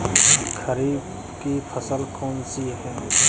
खरीफ की फसल कौन सी है?